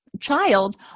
child